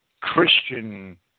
Christian